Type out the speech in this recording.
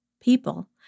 people